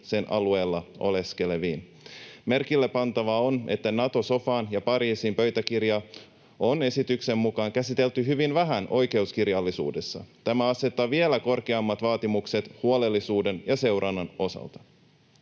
sen alueella oleskeleviin. Merkille pantavaa on, että Nato-sofaa ja Pariisin pöytäkirjaa on esityksen mukaan käsitelty hyvin vähän oikeuskirjallisuudessa. Tämä asettaa vielä korkeammat vaatimukset huolellisuuden ja seurannan osalta.